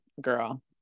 girl